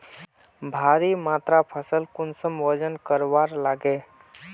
भारी मात्रा फसल कुंसम वजन करवार लगे?